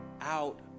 out